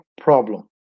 problem